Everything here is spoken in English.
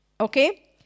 Okay